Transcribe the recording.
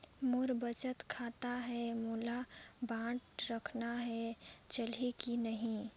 मोर बचत खाता है मोला बांड रखना है चलही की नहीं?